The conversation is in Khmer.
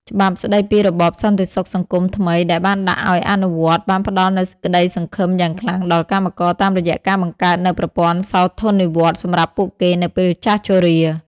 ច្បាប់ស្តីពីរបបសន្តិសុខសង្គមថ្មីដែលបានដាក់ឱ្យអនុវត្ត បានផ្តល់នូវក្តីសង្ឃឹមយ៉ាងខ្លាំងដល់កម្មករតាមរយៈការបង្កើតនូវប្រព័ន្ធសោធននិវត្តន៍សម្រាប់ពួកគេនៅពេលចាស់ជរា។